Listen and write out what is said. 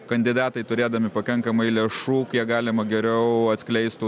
kandidatai turėdami pakankamai lėšų kiek galima geriau atskleistų